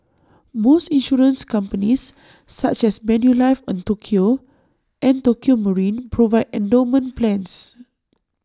most insurance companies such as Manulife Tokio and Tokio marine provide endowment plans